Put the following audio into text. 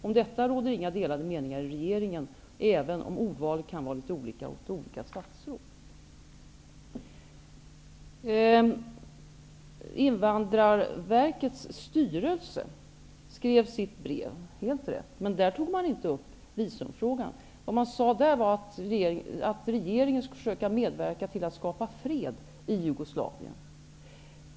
Om detta råder inga delade meningar i regeringen, även om ordvalet kan vara litet olika hos olika statsråd. Invandrarverkets styrelse skrev sitt brev, helt rätt. Men där tog man inte upp visumfrågan. Det man sade i brevet var att regeringen skulle försöka medverka till att skapa fred i Jugoslavien.